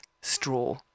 straw